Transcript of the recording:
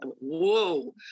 Whoa